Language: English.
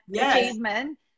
achievement